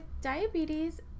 diabetes –